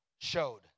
showed